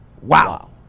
Wow